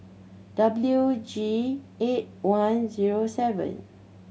W G eight one zero seven